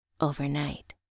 overnight